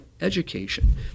education